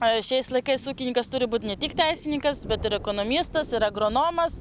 a šiais laikais ūkininkas turi būti ne tik teisininkas bet ir ekonomistas ir agronomas